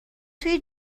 توی